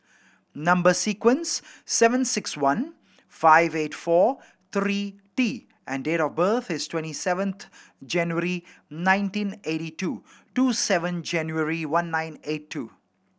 number sequence seven six one five eight four three T and date of birth is twenty seven January nineteen eighty two two seven January one nine eight two